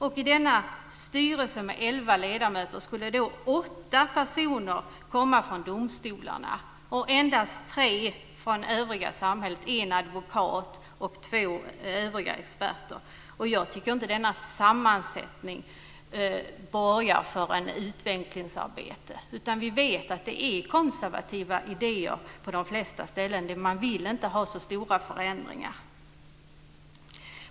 I denna styrelse med 11 ledamöter skulle 8 personer komma från domstolarna och endast 3 från det övriga samhället; en advokat och två övriga experter. Jag tycker inte att denna sammansättning borgar för ett utvecklingsarbete. Vi vet att man på de flesta ställen har konservativa idéere. Man vill inte ha så stora förändringar.